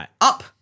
up